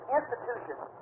institutions